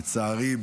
לצערי,